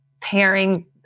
pairing